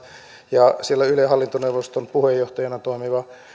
ja siellä ylen hallintoneuvoston puheenjohtajana toimiva